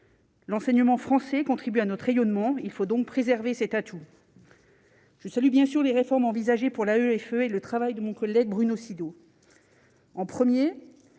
l'enseignement français contribue à notre rayonnement, il faut donc préserver cet atout. Je salue bien sûr les réformes envisagées pour la greffe et le travail de mon collègue Bruno Sido en 1er